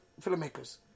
filmmakers